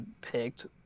picked